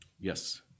Yes